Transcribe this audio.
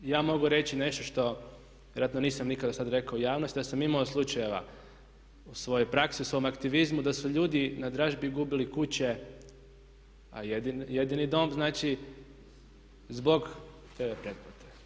Ja mogu reći nešto što vjerojatno nisam nikada do sada rekao u javnosti da sam imao slučajeva u svojoj praksi, u svom aktivizmu da su ljudi na dražbi gubili kuće, a jedini dom znači, zbog pretplate.